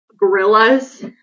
Gorillas